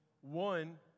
One